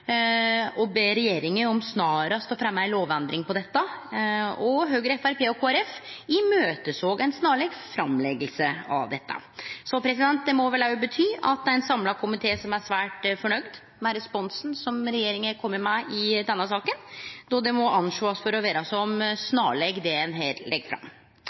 å be regjeringa om snarast å fremje ei lovendring om dette. Høgre, Framstegspartiet og Kristelig Folkeparti såg fram til ei snarleg framlegging av dette. Så det må vel bety at ein samla komité er svært fornøgd med responsen som regjeringa har kome med i denne saka, då ein må sjå på det som «snarleg», det som ein her legg fram.